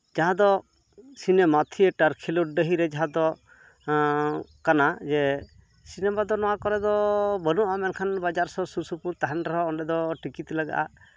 ᱡᱟᱦᱟᱸ ᱫᱚ cinema theatre ᱠᱷᱮᱞᱳᱰ ᱰᱟᱹᱦᱤᱨᱮ ᱡᱟᱦᱟᱸ ᱫᱚ ᱠᱟᱱᱟ ᱡᱮ ᱥᱤᱱᱮᱢᱟ ᱫᱚ ᱱᱚᱣᱟ ᱠᱚᱨᱮ ᱫᱚ ᱵᱟᱹᱱᱩᱜᱼᱟ ᱢᱮᱱᱠᱷᱟᱱ ᱵᱟᱡᱟᱨ ᱥᱩᱨ ᱥᱩᱨ ᱥᱩᱯᱩᱨ ᱛᱟᱦᱮᱱ ᱨᱮᱦᱚᱸ ᱚᱸᱰᱮ ᱫᱚ ᱴᱤᱠᱤᱴ ᱞᱟᱜᱟᱜᱼᱟ